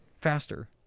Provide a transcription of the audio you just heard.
faster